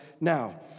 Now